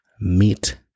meet